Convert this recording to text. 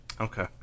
Okay